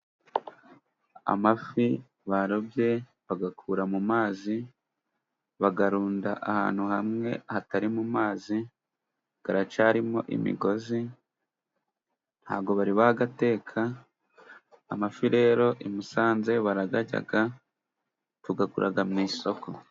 Amafi barobye bayakura mu mazi, bayarunda, ahantu hamwe hatari mu mazi, aracyarimo imigozi ,ntabwo bari bayateka. Amafi rero i Musanze barayarya, tuyagura mu isoko.